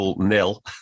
nil